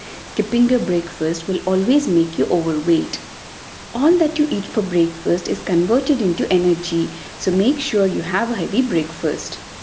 skipping your breakfast will always make you over weight all that you eat for breakfast is converted into energy so make sure you have a heavy breakfast.